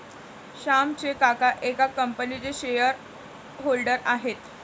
श्यामचे काका एका कंपनीचे शेअर होल्डर आहेत